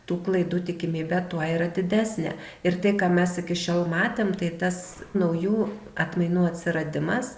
tų klaidų tikimybė tuo yra didesnė ir tai ką mes iki šiol matėm tai tas naujų atmainų atsiradimas